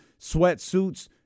sweatsuits